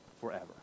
forever